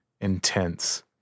intense